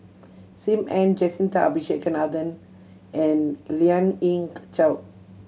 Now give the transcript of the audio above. Sim Ann Jacintha Abisheganaden and Lien Ying Chow